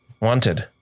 wanted